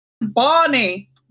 barney